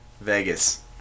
Vegas